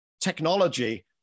technology